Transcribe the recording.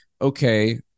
okay